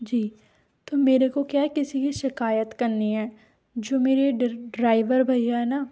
जी तो मेरे को क्या है किसी की शिकायत करनी है जो मेरे ड्राइवर भईया है न